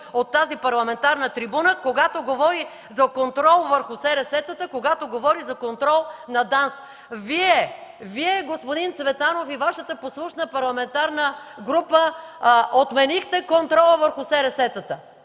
от тази парламентарна трибуна, когато говори за контрол върху СРС-тата, когато говори за контрол на ДАНС. Вие, господин Цветанов, и Вашата послушна парламентарна група, отменихте контрола върху СРС-тата.